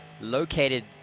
located